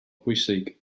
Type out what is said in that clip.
bwysig